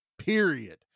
Period